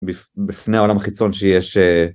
בפני העולם החיצון שיש.